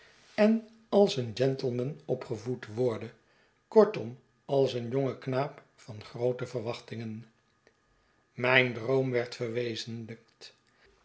en als een gentleman opgevoed worde kortom als een jonge knaap van groote verwachtingen mijn droom werd